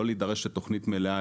לא להידרש לתכנית מלאה,